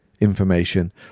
information